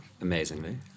amazingly